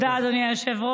תודה, אדוני היושב-ראש.